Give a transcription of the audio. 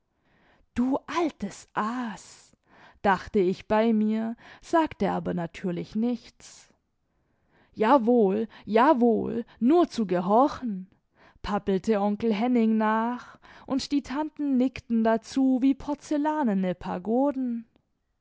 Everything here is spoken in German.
du altes aas dachte ich bei mir sagte aber natürlich nichts jawoll jawou nur zu gehorchen päppelte onkel henning nach und die tanten nickten dazu wie porzellanene pagoden